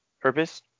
purpose